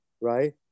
right